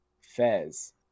Fez